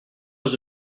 dans